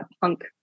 punk